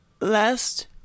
last